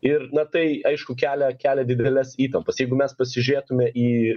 ir na tai aišku kelia kelia dideles įtampas jeigu mes pasižiūrėtume į